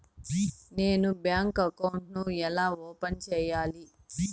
నేను bank account ను ఎలా ఓపెన్ సేయాలి?